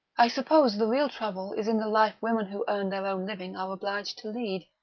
i suppose the real trouble is in the life women who earn their own living are obliged to lead.